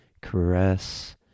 caress